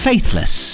Faithless